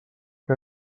que